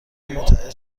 متعهد